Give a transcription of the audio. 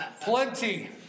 Plenty